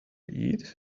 eat